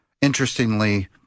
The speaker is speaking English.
interestingly